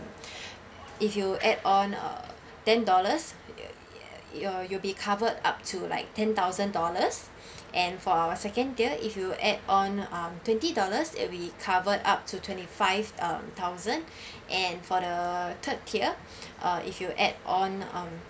if you add on uh ten dollars you you'll be covered up to like ten thousand dollars and for our second tier if you add on um twenty dollars that we cover up to twenty five thousand and for the third tier uh if you add on um